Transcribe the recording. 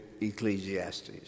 Ecclesiastes